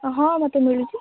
ହଁ ମୋତେ ମିଳୁଛି